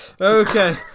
Okay